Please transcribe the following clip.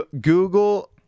Google